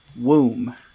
Womb